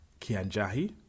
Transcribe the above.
Kianjahi